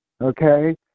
okay